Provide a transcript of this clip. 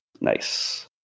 Nice